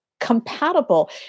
compatible